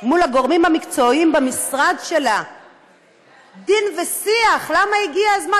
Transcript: מול הגורמים המקצועיים במשרד שלה שיח למה הגיע הזמן,